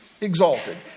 exalted